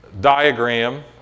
diagram